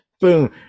boom